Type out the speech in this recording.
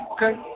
Okay